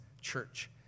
Church